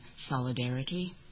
solidarity